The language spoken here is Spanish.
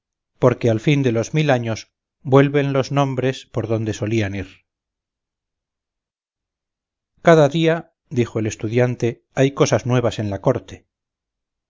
porque al fin de los años mil vuelven los nombres por donde solían ir cada día dijo el estudiante hay cosas nuevas en la corte